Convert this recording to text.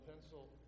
pencil